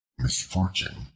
Misfortune